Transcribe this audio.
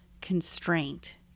constraint